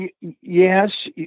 yes